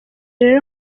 rero